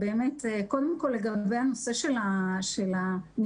קודם כל לגבי הנושא של המתווה,